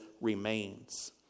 remains